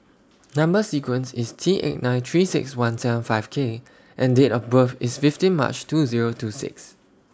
Number sequence IS T eight nine three six one seven five K and Date of birth IS fifteen March two Zero two six